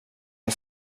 jag